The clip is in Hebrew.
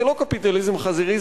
זה לא קפיטליזם חזירי,